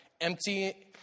empty